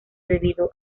debido